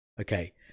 Okay